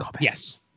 Yes